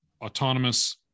autonomous